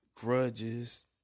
Grudges